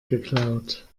geklaut